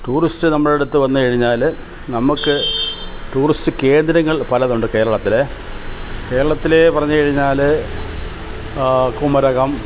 tourist നമ്മുടെ അടുത്ത് വന്നു കഴിഞ്ഞാൽ നമുക്ക് ടൂറിസ്റ്റ് കേന്ദ്രങ്ങൾ പലതുണ്ട് കേരളത്തിൽ കേരളത്തിലെ പറഞ്ഞൂ കഴിഞ്ഞാൽ കുമരകം